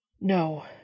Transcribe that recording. No